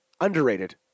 underrated